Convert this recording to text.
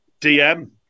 DM